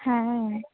হ্যাঁ